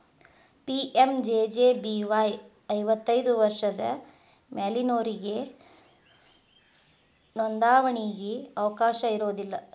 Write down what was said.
PMJJBY ಐವತ್ತೈದು ವರ್ಷದ ಮ್ಯಾಲಿನೊರಿಗೆ ನೋಂದಾವಣಿಗಿ ಅವಕಾಶ ಇರೋದಿಲ್ಲ